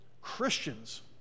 Christians